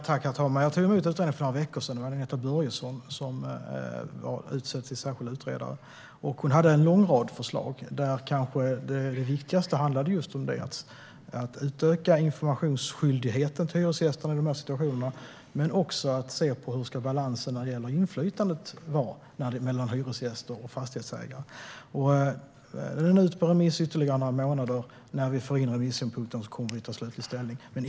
Herr talman! Jag tog emot detta för några veckor sedan av Agneta Börjesson, som var utsedd till särskild utredare. Hon hade en lång rad förslag där kanske det viktigaste handlade just om att utöka skyldigheten att informera hyresgästerna i dessa situationer, men det handlade också om att se på hur balansen mellan hyresgäster och fastighetsägare ska se ut när det gäller inflytandet. Utredningen är ute på remiss i ytterligare några månader, och när vi får in remissynpunkterna kommer vi att ta slutlig ställning.